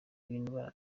bintu